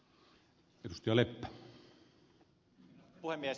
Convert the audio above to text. arvoisa puhemies